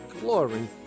glory